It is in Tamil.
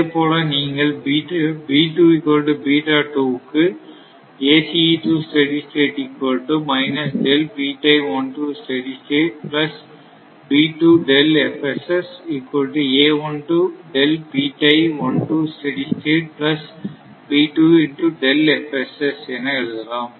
அதேபோல நீங்கள் க்கு என எழுதலாம்